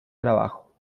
trabajo